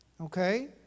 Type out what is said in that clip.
Okay